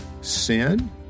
sin